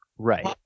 Right